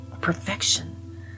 perfection